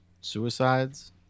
suicides